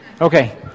Okay